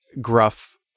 gruff